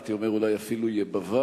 הייתי אומר אולי אפילו יבבה,